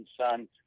son